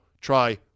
Try